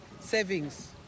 savings